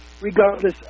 regardless